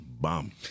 Bomb